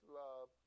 love